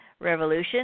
Revolution